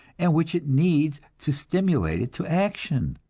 and which it needs to stimulate it to action.